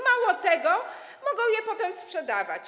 Mało tego, mogą je potem sprzedawać.